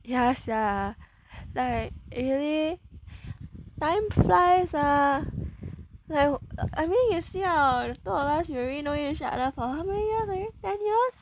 ya sia like really time flies ah like I mean you see ah two of us already know each other for how many years already ten years